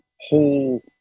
whole